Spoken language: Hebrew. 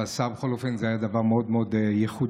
אבל בכל אופן שר זה היה דבר מאוד מאוד ייחודי.